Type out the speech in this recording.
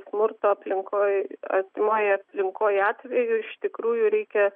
smurto aplinkoj artimoj aplinkoj atveju iš tikrųjų reikia